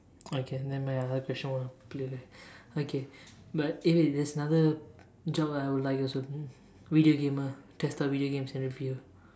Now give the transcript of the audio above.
okay nevermind I heard question one clearly okay but if there's another job I would like also video gamer test out video games and review